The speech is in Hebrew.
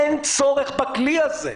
אין צורך בכלי הזה.